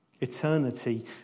Eternity